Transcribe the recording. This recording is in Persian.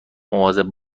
مواظب